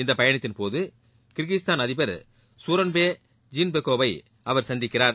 இந்த பயணத்தின் போது கிர்கிஸ்தான் அதிபர் சூரன்பை ஜீன்பெக்கோவை அவர் சந்திக்கிறார்